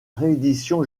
réédition